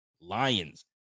Lions